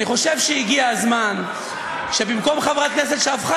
אני חושב שהגיע הזמן שבמקום חברת כנסת שהפכה